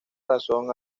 razón